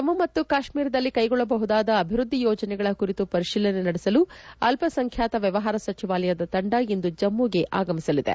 ಜಮ್ನು ಮತ್ತು ಕಾಶ್ನೀರದಲ್ಲಿ ಕೈಗೊಳ್ಳಬಹುದಾದ ಅಭಿವ್ಯದ್ದಿ ಯೋಜನೆಗಳ ಕುರಿತು ಪರಿಶೀಲನೆ ನಡೆಸಲು ಅಲ್ಪಸಂಖ್ಯಾತ ವ್ಚವಹಾರ ಸಚಿವಾಲಯದ ತಂಡ ಇಂದು ಜಮ್ನುಗೆ ಆಗಮಿಸಲಿದೆ